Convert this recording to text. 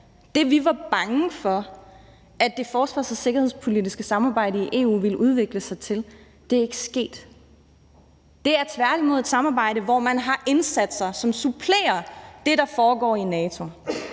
Det, vi var bange for, at det forsvars- og sikkerhedspolitiske samarbejde i EU ville udvikle sig til, er ikke sket. Det er tværtimod et samarbejde, hvor man har indsatser, som supplerer det, der foregår i NATO